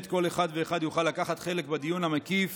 כל אחד ואחד יוכל לקחת חלק בדיון המקיף